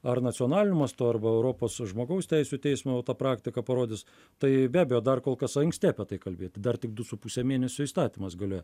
ar nacionaliniu mastu arba europos žmogaus teisių teismo ta praktika parodys tai be abejo dar kol kas anksti apie tai kalbėti dar tik du su puse mėnesio įstatymas galioja